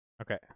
Okay